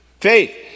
Faith